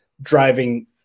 driving –